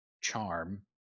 charm